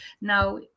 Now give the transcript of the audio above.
now